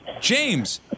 James